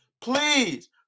please